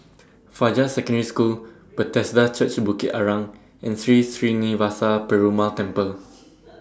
Fajar Secondary School Bethesda Church Bukit Arang and Sri Srinivasa Perumal Temple